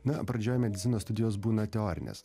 na pradžioj medicinos studijos būna teorinės